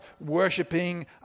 worshipping